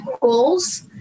goals